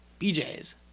BJ's